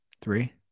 Three